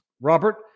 Robert